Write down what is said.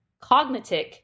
cognitive